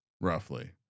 roughly